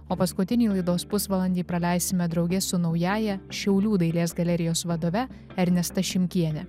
o paskutinį laidos pusvalandį praleisime drauge su naująja šiaulių dailės galerijos vadove ernesta šimkiene